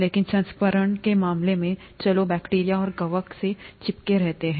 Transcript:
लेकिन संक्रमण के मामले में चलो बैक्टीरिया और कवक से चिपके रहते हैं